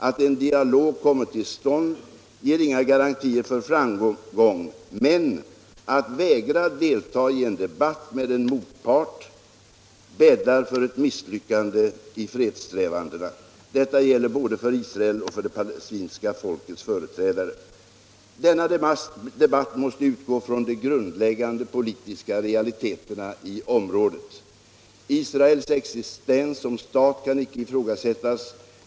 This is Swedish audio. Att en dialog kommer till stånd ger inga garantier för framgång, men att vägra delta i en debatt med en motpart bäddar för ett misslyckande i fredssträvandena. Detta gäller både för Israel och för det palestinska folkets företrädare. Denna debatt måste utgå från de grundläggande politiska realiteterna i området. Israels existens som stat kan icke ifrågasättas.